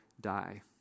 die